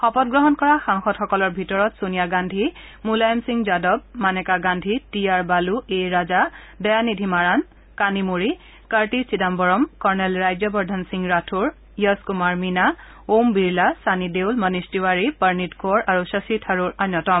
শপতগ্ৰহণ কৰা সাংসদসকলৰ ভিতৰত Sonia Gandhi Mulayam Singh Yadav Maneka Gandhi T R Baalu A Raja Dayanidhi Maran Kanimozhi Karti Chidambaram colonel Rajyavardhan Singh Rathore Jas Kumar Meena Om Birla Sunny Deol Manish Tewari Preneet Kaur আৰু শশী থাৰুৰ অন্যতম